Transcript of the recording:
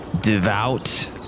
devout